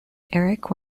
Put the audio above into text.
eric